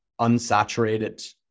unsaturated